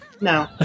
no